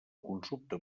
consulta